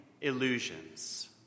illusions